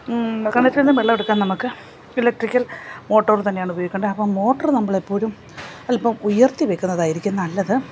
കിണറ്റിൽ നിന്നും വെള്ളം എടുക്കാൻ നമുക്ക് എലക്ട്രിക്കൽ മോട്ടോർ തന്നെയാണ് ഉപയോഗിക്കേണ്ടത് അപ്പം മോട്ടർ നമ്മളെപ്പോഴും അല്പം ഉയർത്തി വെക്കുന്നതായിരിക്കും നല്ലത്